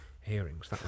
hearings